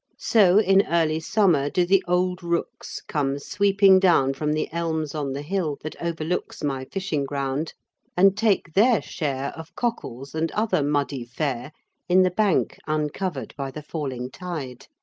so in early summer do the old rooks come sweeping down from the elms on the hill that overlooks my fishing ground and take their share of cockles and other muddy fare in the bank uncovered by the falling tide.